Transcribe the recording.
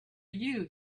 you